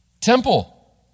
Temple